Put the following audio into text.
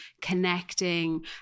connecting